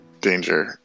danger